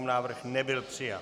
Návrh nebyl přijat.